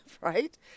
right